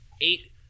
eight –